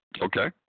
Okay